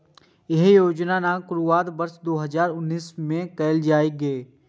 एहि योजनाक शुरुआत वर्ष दू हजार उन्नैस मे कैल गेल रहै